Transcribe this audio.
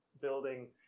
building